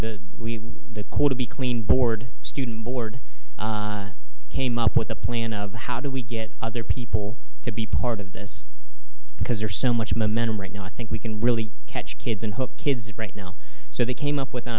the the call to be clean board student board came up with a plan of how do we get other people to be part of this because there's so much momentum right now i think we can really catch kids and hook kids right now so they came up with an